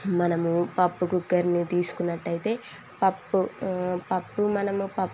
మనము పప్పు కుక్కర్ని తీసుకున్నట్టయితే పప్పు పప్పు మనము పప్పు